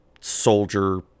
soldier